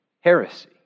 heresy